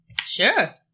Sure